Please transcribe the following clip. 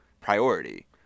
priority